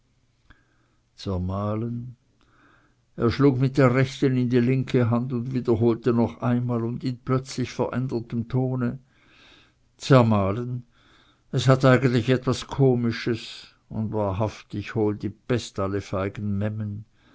er schlug mit der rechten in die linke hand und wiederholte noch einmal und in plötzlich verändertem tone zermahlen es hat eigentlich etwas komisches und wahrhaftig hol die pest alle feigen